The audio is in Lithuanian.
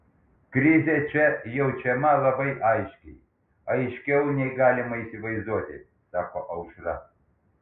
krizė čia jaučiama labai aiškiai aiškiau nei galima įsivaizduoti sako aušra